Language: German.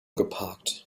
geparkt